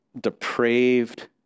depraved